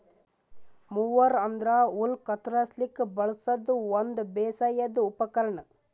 mower ಅಂದ್ರ ಹುಲ್ಲ್ ಕತ್ತರಸ್ಲಿಕ್ ಬಳಸದ್ ಒಂದ್ ಬೇಸಾಯದ್ ಉಪಕರ್ಣ್